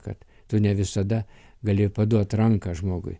kad tu ne visada gali paduot ranką žmogui